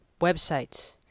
websites